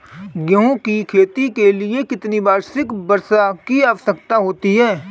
गेहूँ की खेती के लिए कितनी वार्षिक वर्षा की आवश्यकता होती है?